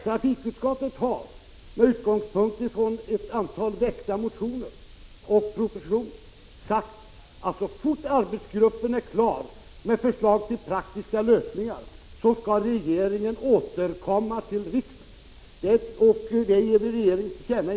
Trafikutskottet har, med utgångspunkt i ett antal väckta motioner och propositionen, sagt att så fort arbetsgruppen är klar med förslag till praktiska lösningar skall regeringen återkomma till riksdagen. Detta ger vi regeringen till känna.